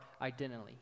identity